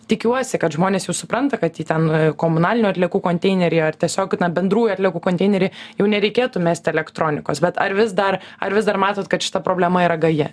tikiuosi kad žmonės jau supranta kad į ten komunalinių atliekų konteinerį ar tiesiog bendrųjų atliekų konteinerį jau nereikėtų mesti elektronikos bet ar vis dar ar vis dar matot kad šita problema yra gaji